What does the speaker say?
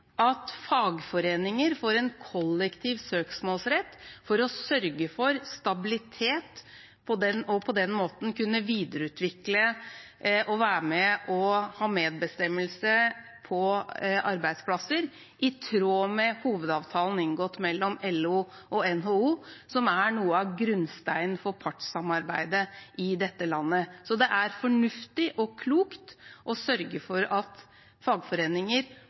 at fagforeninger får en kollektiv søksmålsrett for å sørge for stabilitet og på den måten kunne videreutvikle og ha medbestemmelse på arbeidsplasser, i tråd med hovedavtalen inngått mellom LO og NHO, som er noe av en grunnstein for partssamarbeidet i dette landet. Så det er fornuftig og klokt å sørge for at fagforeninger